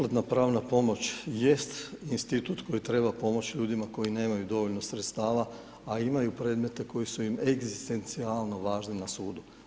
Besplatna pravna pomoć jest institut koji treba pomoći ljudima koji nemaju dovoljno sredstava, a imaju predmete koji su im egzistencijalno važni na sudu.